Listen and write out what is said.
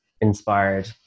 inspired